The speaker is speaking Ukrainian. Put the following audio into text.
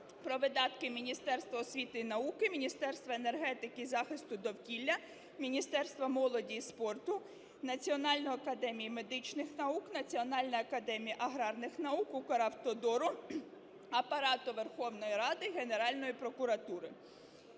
про видатки Міністерства освіти і науки, Міністерства енергетики і захисту довкілля, Міністерства молоді і спорту, Національної академії медичних наук, Національної академії аграрних наук, "Укравтодору", Апарату Верховної Ради, Генеральної прокуратури.